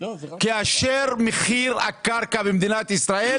כאשר מחיר הקרקע במדינת ישראל,